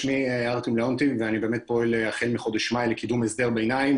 שמי ארטיום ליאונטיב ואני פועל החל מחודש מאי לקידום הסדר ביניים